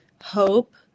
hope